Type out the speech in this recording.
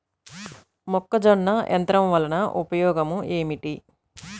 మొక్కజొన్న యంత్రం వలన ఉపయోగము ఏంటి?